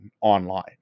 online